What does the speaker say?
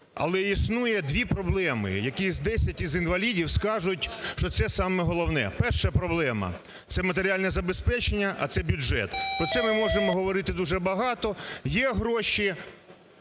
Але існує дві проблеми, які десять із інвалідів скажуть, що це саме головне. Перша проблема – це матеріальне забезпечення, а це бюджет. Про це ми можемо говорити дуже багато: є гроші